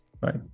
right